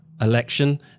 election